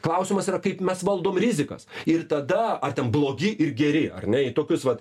klausimas yra kaip mes valdom rizikas ir tada ar ten blogi ir geri ar ne į tokius vat